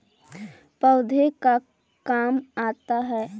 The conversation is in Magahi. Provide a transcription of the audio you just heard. पौधे का काम आता है?